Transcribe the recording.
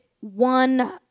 one